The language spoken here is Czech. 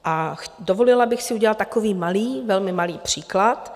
A dovolila bych si dát takový malý, velmi malý příklad.